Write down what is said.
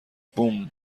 بوووم